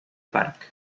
parque